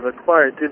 acquired